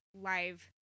live